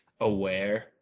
aware